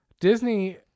Disney